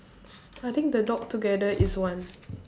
I think the dog together is one